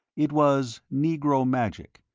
it was negro magic,